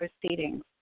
proceedings